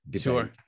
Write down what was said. Sure